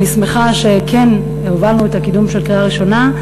ואני שמחה שכן הובלנו את הקידום של קריאה ראשונה,